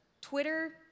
Twitter